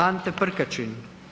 Ante Prkačin.